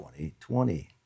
20.20